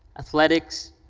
athletics,